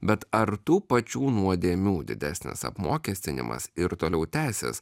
bet ar tų pačių nuodėmių didesnis apmokestinimas ir toliau tęsis